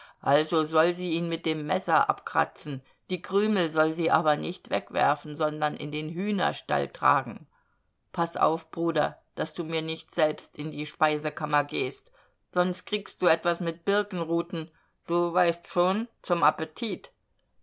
also soll sie ihn mit dem messer abkratzen die krümel soll sie aber nicht wegwerfen sondern in den hühnerstall tragen paß auf bruder daß du mir nicht selbst in die speisekammer gehst sonst kriegst du was mit birkenruten du weißt schon zum appetit